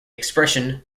expression